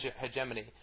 hegemony